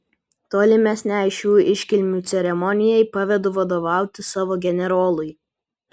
tolimesnei šių iškilmių ceremonijai pavedu vadovauti savo generolui